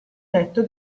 detto